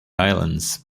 islands